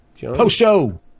Post-show